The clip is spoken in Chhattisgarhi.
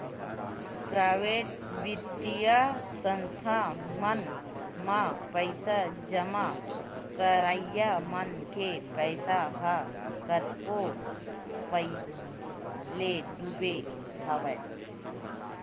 पराबेट बित्तीय संस्था मन म पइसा जमा करइया मन के पइसा ह कतको पइत ले डूबे हवय